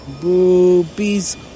boobies